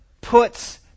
puts